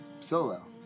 solo